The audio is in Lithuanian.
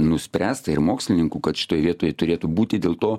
nuspręsta ir mokslininkų kad šitoj vietoj turėtų būti dėl to